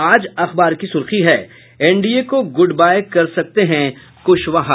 आज अखबार की सुर्खी है एनडीए को गुड बाय कर सकते हैं कुशवाहा